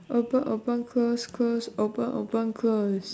open open close close open open close